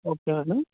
okay అండి